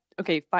okay